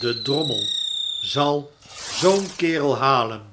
de drommel zal zoo'n kerel halen